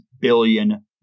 billion